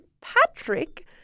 Patrick